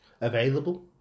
available